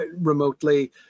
remotely